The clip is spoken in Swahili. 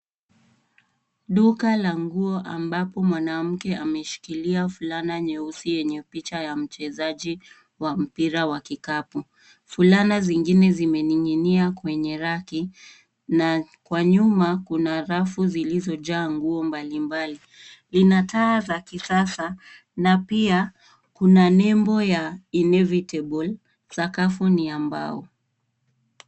Duka la nguo ambapo mwanamke ameshikilia fulana nyeusi yenye picha ya mchezaji wa mpira wa kikapu. Fulana zingine zimening'inia kwenye raki na kwa nyuma kuna rafu zilizojaa nguo mbalimbali. Ina taa za kisasa na pia kuna nebo ya inevitable .Sakafu ni ya mbao.